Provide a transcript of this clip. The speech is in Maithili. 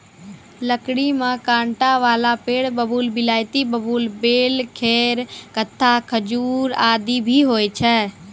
लकड़ी में कांटा वाला पेड़ बबूल, बिलायती बबूल, बेल, खैर, कत्था, खजूर आदि भी होय छै